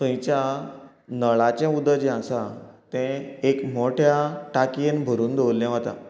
खंयच्या नळाचें उदक जें आसा तें एक मोठ्या टाकयेन भरून दवरलें वता